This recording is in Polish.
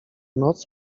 noc